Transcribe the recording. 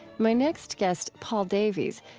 my next guest, paul davies,